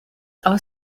are